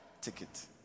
ticket